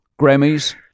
Grammys